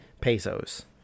pesos